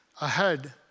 ahead